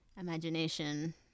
imagination